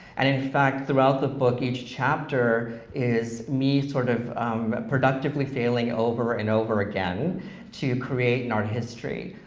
and in fact, throughout the book, each chapter is me sort of productively failing over and over again to create an art history.